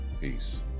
Peace